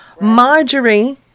marjorie